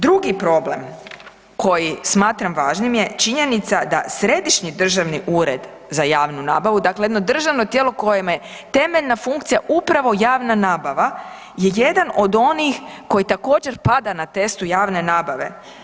Drugi problem koji smatram važnim je činjenica da Središnji državni ured za javnu nabavu, dakle jedno državno tijelo kojemu je temeljna funkcija upravo javna nabava je jedan od onih koji također pada na testu javne nabave.